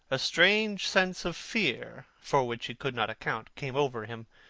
a strange sense of fear, for which he could not account, came over him.